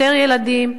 יותר ילדים,